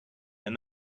and